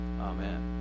Amen